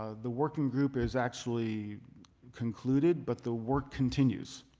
ah the working group is actually concluded, but the work continues.